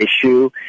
issue